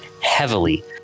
heavily